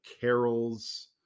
carols